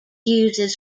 uses